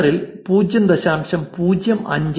ട്വിറ്ററിൽ 0